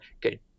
good